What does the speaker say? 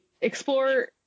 Explore